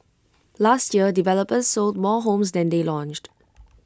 last year developers sold more homes than they launched